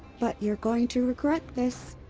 but you're going to regret this.